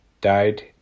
died